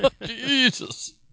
Jesus